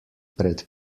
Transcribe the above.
pred